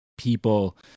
people